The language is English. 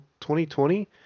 2020